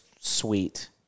sweet